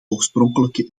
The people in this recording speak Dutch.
oorspronkelijke